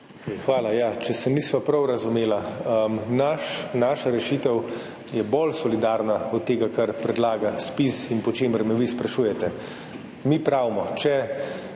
Hvala. Če se nisva prav razumela – naša rešitev je bolj solidarna od tega, kar predlaga ZPIZ in po čemer me vi sprašujete. Mi pravimo, da